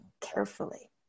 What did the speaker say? carefully